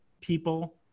people